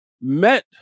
met